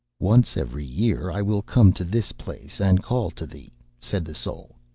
once every year i will come to this place, and call to thee said the soul.